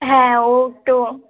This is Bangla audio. হ্যাঁ ও তো